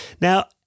Now